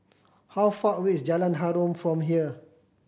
how far away is Jalan Harum from here